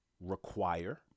Require